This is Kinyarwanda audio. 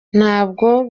ntabwo